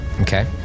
Okay